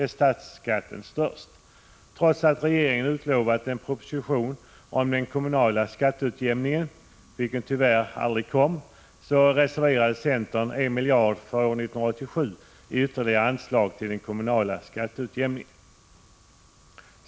är statsskatten störst. Trots att regeringen utlovat en proposition om den kommunala skatteutjämningen, vilken tyvärr aldrig kom, reserverade centern 1 miljard för år 1987 i ytterligare anslag till den kommunala skatteutjämningen.